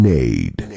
Nade